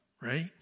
right